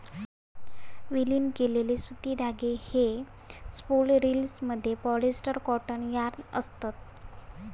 विलीन केलेले सुती धागे हे स्पूल रिल्समधले पॉलिस्टर कॉटन यार्न असत